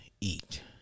eat